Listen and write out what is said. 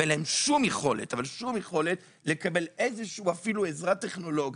ואין להם שום יכולת לקבל איזו שהיא עזרה טכנולוגית.